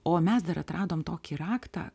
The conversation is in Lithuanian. o mes dar atradom tokį raktą